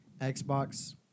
Xbox